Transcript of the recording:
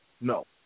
no